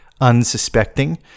unsuspecting